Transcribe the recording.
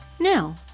Now